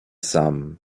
sam